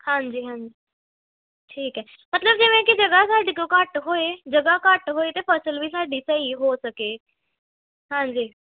ਹਾਂਜੀ ਹਾਂਜੀ ਠੀਕ ਹੈ ਮਤਲਬ ਜਿਵੇਂ ਕਿ ਜਗ੍ਹਾ ਸਾਡੇ ਕੋਲ ਘੱਟ ਹੋਏ ਜਗ੍ਹਾ ਘੱਟ ਹੋਏ ਅਤੇ ਫ਼ਸਲ ਵੀ ਸਾਡੀ ਸਹੀ ਹੋ ਸਕੇ ਹਾਂਜੀ